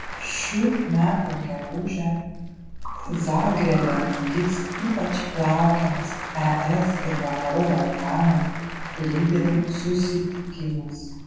šių metų gegužę zagrebe vyks ypač laukiamas es ir vakarų balkanų lyderių susitikimas